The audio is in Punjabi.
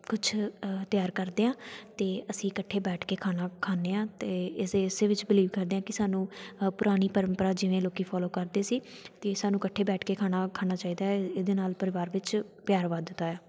ਕੁਛ ਤਿਆਰ ਕਰਦੇ ਹਾਂ ਅਤੇ ਅਸੀਂ ਇਕੱਠੇ ਬੈਠ ਕੇ ਖਾਣਾ ਖਾਂਦੇ ਹਾਂ ਅਤੇ ਅਸੀਂ ਇਸੇ ਵਿੱਚ ਬਿਲੀਵ ਕਰਦੇ ਹਾਂ ਕਿ ਸਾਨੂੰ ਅ ਪੁਰਾਣੀ ਪਰੰਪਰਾ ਜਿਵੇਂ ਲੋਕ ਫੋਲੋ ਕਰਦੇ ਸੀ ਤਾਂ ਸਾਨੂੰ ਇਕੱਠੇ ਬੈਠ ਕੇ ਖਾਣਾ ਖਾਣਾ ਚਾਹੀਦਾ ਇਹਦੇ ਨਾਲ ਪਰਿਵਾਰ ਵਿੱਚ ਪਿਆਰ ਵੱਧਦਾ ਆ